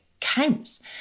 counts